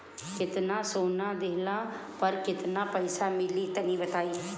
केतना सोना देहला पर केतना पईसा मिली तनि बताई?